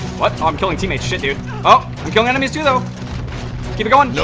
what i'm killing teammates shit, dude, oh i'm killing enemies too though keep it going. no.